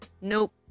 nope